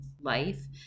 life